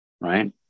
right